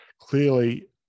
clearly